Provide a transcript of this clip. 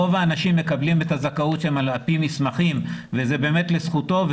רוב האנשים מקבלים את הזכאות שלהם על פי מסמכים וזה באמת לזכותו.